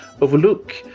overlook